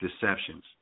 deceptions